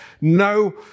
no